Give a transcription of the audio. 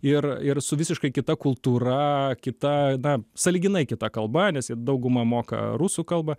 ir ir su visiškai kita kultūra kita na sąlyginai kita kalba nes jie dauguma moka rusų kalbą